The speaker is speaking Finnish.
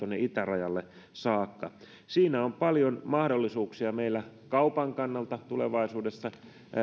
itärajalle saakka siinä on meillä paljon mahdollisuuksia kaupan kannalta tulevaisuudessa